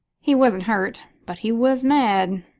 he wasn't hurt, but he was mad.